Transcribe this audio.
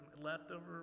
leftover